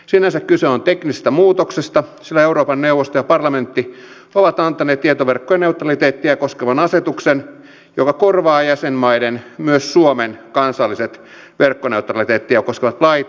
sinänsä kyse on teknisestä muutoksesta sillä euroopan neuvosto ja parlamentti ovat antaneet tietoverkkojen neutraliteettia koskevan asetuksen joka korvaa jäsenmaiden myös suomen kansalliset verkkoneutraliteettia koskevat lait